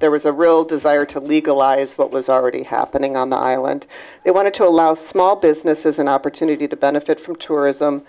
there was a real desire to legalize what was already happening on the island it wanted to allow small businesses an opportunity to benefit from tourism